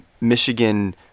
Michigan